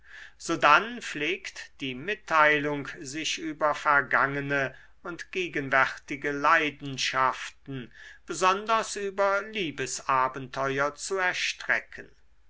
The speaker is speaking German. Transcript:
sodann pflegt die mitteilung sich über vergangene und gegenwärtige leidenschaften besonders über liebesabenteuer zu erstrecken